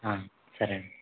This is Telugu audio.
సరే అండి